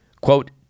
quote